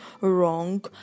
wrong